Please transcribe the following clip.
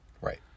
Right